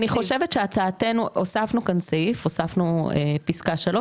הוספנו פסקה 3,